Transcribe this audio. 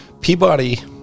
Peabody